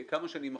כמה שנים אחורה.